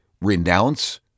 renounce